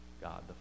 God